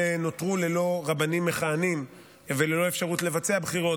שנותרו ללא רבנים מכהנים וללא אפשרות לבצע בחירות